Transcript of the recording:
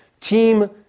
team